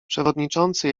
przewodniczący